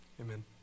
Amen